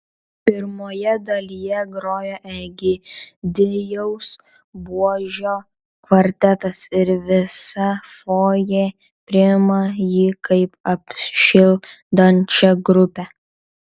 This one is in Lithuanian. pirmoje dalyje groja egidijaus buožio kvartetas ir visa fojė priima jį kaip apšildančią grupę